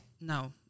No